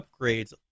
upgrades